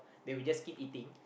they will just keep eating